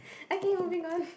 okay moving on